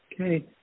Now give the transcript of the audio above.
Okay